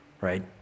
right